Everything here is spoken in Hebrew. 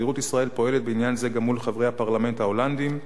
שגרירות ישראל פועלת בעניין זה מול חברי הפרלמנט ההולנדים.